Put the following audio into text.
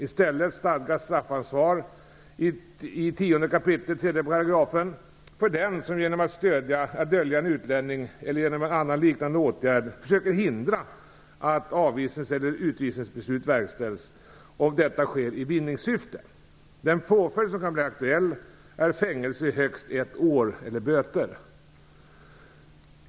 I stället stadgas straffansvar i 10 kap., 3 § för den som genom att dölja en utlänning eller genom annan liknande åtgärd försöker hindra att avvisnings eller utvisningsbeslut verkställs och detta sker i vinningssyfte. Den påföljd som kan bli aktuell är fängelse i högst ett år eller böter.